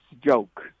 joke